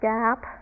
gap